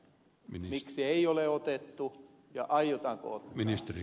miksi ei ole otettu ja aiotaanko ottaa